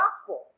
Gospel